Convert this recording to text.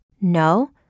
No